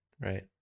Right